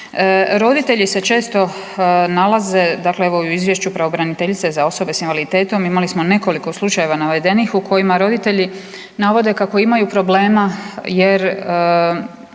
Roditelji se često nalaze, dakle evo i u Izvješću pravobraniteljice za osobe s invaliditetom imali smo nekoliko slučajeva navedenih u kojima roditelji navode kako imaju problema jer